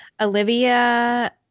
Olivia